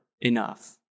enough